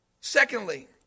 Secondly